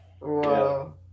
Wow